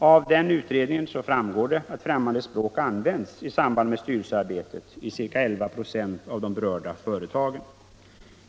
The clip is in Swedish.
Av denna utredning framgår att främmande språk används i samband med styrelsearbetet i ca 11 96 av de berörda företagen.